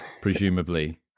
presumably